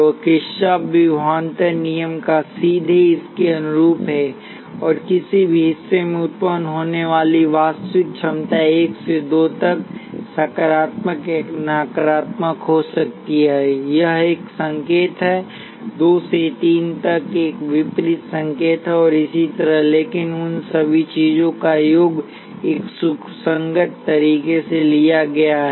और किरचॉफ विभवान्तर नियम का सीधे इसके अनुरूप है और किसी भी हिस्से में उत्पन्न होने वाली वास्तविक क्षमता 1 से 2 तक सकारात्मक या नकारात्मक हो सकती है यह एक संकेत है २ से ३ तक यह एक विपरीत संकेत है और इसी तरह लेकिन उन सभी चीजों का योग एक सुसंगत तरीके से लिया गया है